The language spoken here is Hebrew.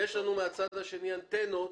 יש לנו מן הצד השני אנטנות